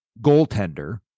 goaltender